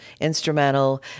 instrumental